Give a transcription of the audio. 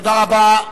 תודה רבה.